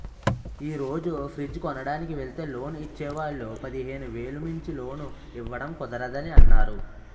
ఈ రోజు ఫ్రిడ్జ్ కొనడానికి వెల్తే లోన్ ఇచ్చే వాళ్ళు పదిహేను వేలు మించి లోన్ ఇవ్వడం కుదరదని అన్నారు